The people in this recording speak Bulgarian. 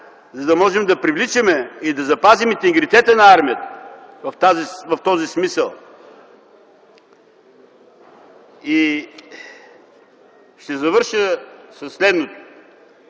за да можем да привличаме и да запазим интегритета на армията в този смисъл. Ще завърша със следното.